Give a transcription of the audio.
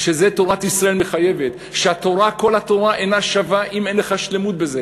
תורת ישראל מחייבת ואומרת שכל התורה אינה שווה אם אין לך שלמות בזה,